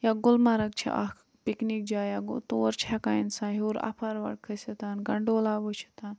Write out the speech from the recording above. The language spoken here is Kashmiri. یا گُلمرگ چھِ اَکھ پکنِک جاے گوٚو تور چھِ ہیٚکان اِنسان ہیٚور اَفروَر کھٔژھتھ گَنٛڈولہ وُچھِتھ